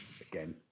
again